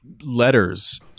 letters